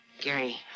Gary